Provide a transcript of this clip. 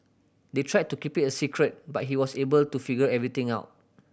they tried to keep it a secret but he was able to figure everything out